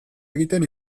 egiten